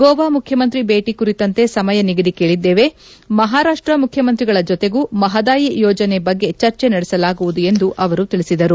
ಗೋವಾ ಮುಖ್ಯಮಂತ್ರಿ ಭೇಟಿ ಕುರಿತಂತೆ ಸಮಯ ನಿಗದಿ ಕೇಳಿದ್ದೇವೆ ಮಹಾರಾಷ್ಟ ಮುಖ್ಚಮಂತ್ರಿಗಳ ಜೊತೆಗೂ ಮಹದಾಯಿ ಯೋಜನೆ ಬಗ್ಗೆ ಚರ್ಚೆ ನಡೆಸಲಾಗುವುದು ಎಂದು ಅವರು ತಿಳಿಸಿದರು